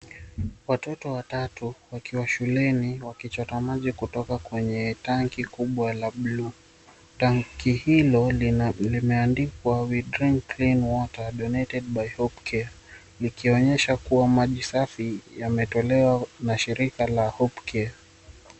Watoto watatu wakiwa shuleni wakichota maji kutoka kwenye tanki kubwa la blue . Tanki hilo limeandikwa, "We drink clean water donated by Hopecare," likionyesha kuwa maji safi yametolewa na shirika la Hopecare .